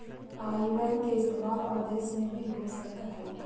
आई ban के इस्तेमाल आउ देश में भी हो सकऽ हई का?